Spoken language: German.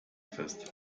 fest